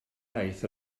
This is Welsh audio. iaith